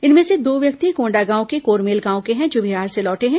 इनमें से दो व्यक्ति कोंडागांव के कोरमेल गांव के हैं जो बिहार से लौटे हैं